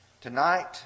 Tonight